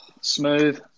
smooth